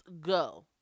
go